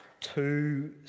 two